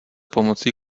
pomocí